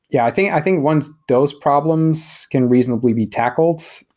yeah, i think i think once those problems can reasonably be tackled,